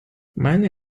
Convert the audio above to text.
many